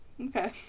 okay